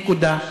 נקודה.